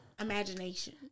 imagination